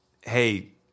Hey